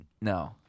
No